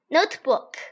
Notebook